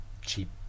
cheap